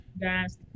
guys